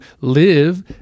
live